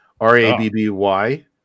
r-a-b-b-y